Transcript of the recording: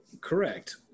Correct